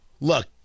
Look